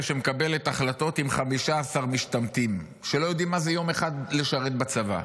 שמקבלת החלטות עם 15 משתמטים שלא יודעים מה זה יום אחד לשרת בצבא,